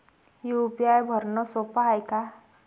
UPI भरनं सोप हाय का?